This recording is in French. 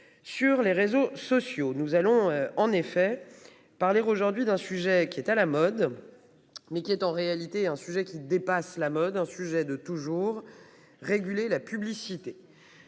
Sur les réseaux sociaux. Nous allons en effet parler aujourd'hui d'un sujet qui est à la mode. Mais qui est en réalité un sujet qui dépasse la mode un sujet de toujours réguler la publicité.